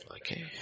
Okay